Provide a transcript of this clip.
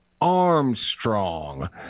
Armstrong